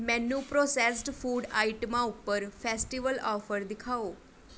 ਮੈਨੂੰ processed food ਆਈਟਮਾਂ ਉੱਪਰ ਫੈਸਟੀਵਲ ਔਫ਼ਰ ਦਿਖਾਓ